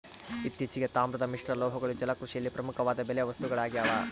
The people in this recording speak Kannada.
ಇತ್ತೀಚೆಗೆ, ತಾಮ್ರದ ಮಿಶ್ರಲೋಹಗಳು ಜಲಕೃಷಿಯಲ್ಲಿ ಪ್ರಮುಖವಾದ ಬಲೆ ವಸ್ತುಗಳಾಗ್ಯವ